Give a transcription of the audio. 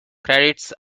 credits